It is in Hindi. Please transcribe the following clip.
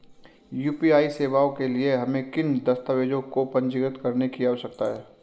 यू.पी.आई सेवाओं के लिए हमें किन दस्तावेज़ों को पंजीकृत करने की आवश्यकता है?